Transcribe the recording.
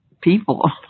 people